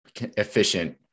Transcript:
efficient